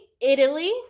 Italy